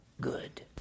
good